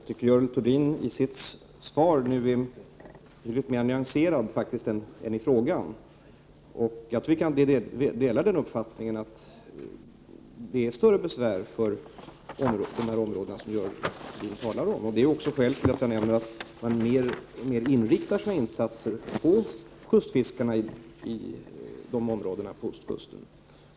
Herr talman! Jag tycker att Görel Thurdin är betydligt mer nyanserad nu än hon var i frågan. Jag delar uppfattningen att detta innebär större besvär för de områden som Görel Thurdin talar om, vilket är skälet till att jag nämner att insatserna inriktas mer och mer på kustfiskarna i dessa områden på ostkusten.